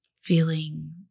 feeling